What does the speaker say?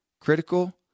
critical